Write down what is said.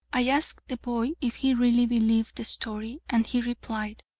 i asked the boy if he really believed the story, and he replied,